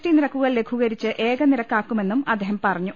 T നിരക്കുകൾ ലഘൂകരിച്ച് ഏകനിരക്കാക്കുമെന്നും അദ്ദേഹം പറഞ്ഞു